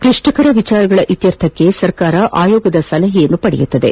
ಕ್ಲಿಷ್ವಕರ ವಿಚಾರಗಳ ಇತ್ಯರ್ಥಕ್ಕೆ ಸರ್ಕಾರ ಆಯೋಗದ ಸಲಹೆ ಪಡೆಯಲಿದೆ